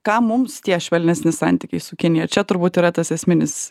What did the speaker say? kam mums tie švelnesni santykiai su kinija čia turbūt yra tas esminis